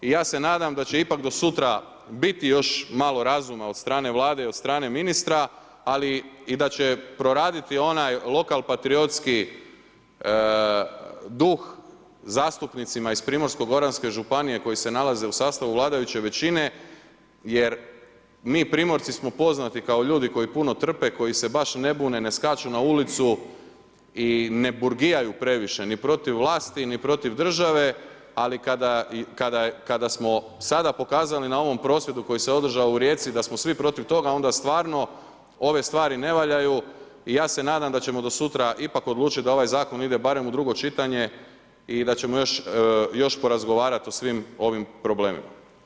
Ja se nadam da će ipak do sutra biti još malo razuma od strane Vlade i od strane ministra, ali i daće proraditi onaj lokal patriotski duh zastupnicima iz PGŽ-a koji se nalaze u sastavu vladajuće većine jer mi Primorci smo poznati kao ljudi koji puno trpe, koji se baš ne bude, ne skaču na ulicu i ne burgijaju previše, ni protiv vlasti ni protiv države ali kada smo sada pokazali na ovom prosvjedu koji se održao u Rijeci da smo svi protiv toga, onda stvarno ove stvari ne valjaju i ja se nadam da ćemo do sutra ipak odlučiti da ovaj zakon ide barem u drugo čitanje i da ćemo još porazgovarati o svim ovim problemima.